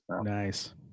Nice